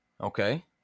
okay